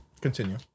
Continue